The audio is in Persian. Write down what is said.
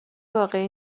واقعی